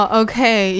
okay